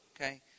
okay